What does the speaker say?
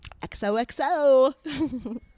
XOXO